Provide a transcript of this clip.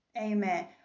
amen